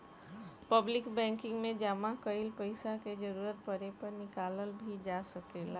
public banking में जामा कईल पइसा के जरूरत पड़े पर निकालल भी जा सकेला